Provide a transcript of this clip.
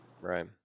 right